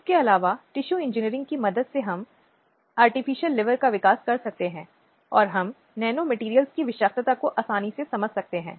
आम तौर पर वे ज़मीनी स्तर पर होते हैं आम तौर पर वे समुदायों के भीतर बनते हैं और वे कल्याण को बढ़ावा देने और सामुदायिक निवास के भीतर रहने वाली महिलाओं के लिए आर्थिक अवसर प्रदान करने का प्रयास करते हैं